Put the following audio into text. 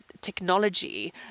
technology